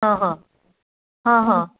हां हां हां हां